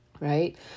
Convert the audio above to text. Right